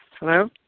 Hello